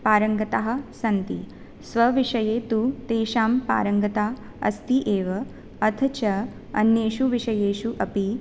पारङ्गताः सन्ति स्वविषये तु तेषां पारङ्गतता अस्ति एव अथ च अन्येषु विषयेषु अपि